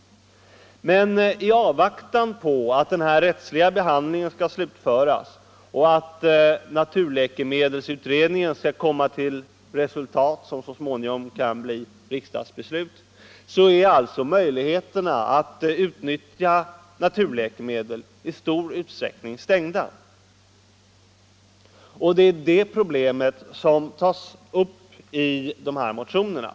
I avvaktan på att den rättsliga behandlingen skall slutföras och att naturläkemedelsutredningen skall ge ett resultat, som så småningom kan bli riksdagsbeslut, är möjligheterna att utnyttja naturläkemedel i stor utsträckning stängda, och det är det problemet som tas upp i motionerna.